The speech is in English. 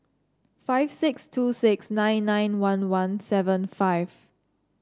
five six two six nine nine one one seven five